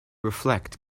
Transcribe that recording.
reflect